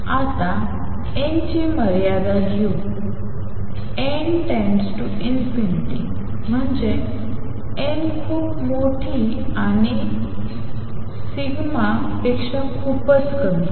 आता n ची मर्यादा घेऊ n →∞ म्हणजे n खूप मोठी आणि τ पेक्षा खूपच कमी